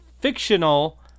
fictional